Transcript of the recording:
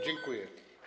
Dziękuję.